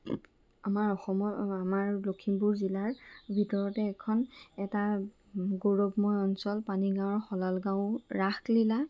আমাৰ অসমৰ আমাৰ লখিমপুৰ জিলাৰ ভিতৰতে এখন এটা গৌৰৱময় অঞ্চল পানীগাঁৱৰ শলালগাঁও ৰাসলীলা